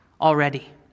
already